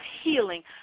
healing